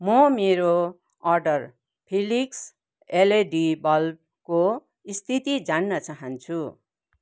म मेरो order Philips LED बल्बको स्थिति जान्न चाहन्छु